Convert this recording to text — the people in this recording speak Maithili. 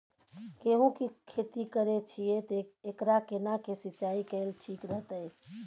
गेहूं की खेती करे छिये ते एकरा केना के सिंचाई कैल ठीक रहते?